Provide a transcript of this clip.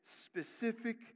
specific